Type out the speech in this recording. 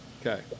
Okay